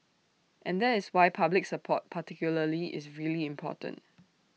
and that is why public support particularly is really important